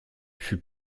fut